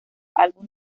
álbum